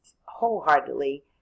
wholeheartedly